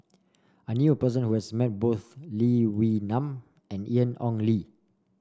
I knew a person who has met both Lee Wee Nam and Ian Ong Li